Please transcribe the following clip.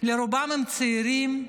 רובם צעירים.